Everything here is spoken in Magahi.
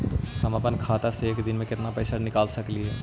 हम अपन खाता से एक दिन में कितना पैसा निकाल सक हिय?